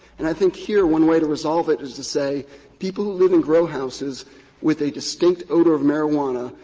and i think, here, one way to resolve it is to say people who live in grow houses with a distinct odor of marijuana,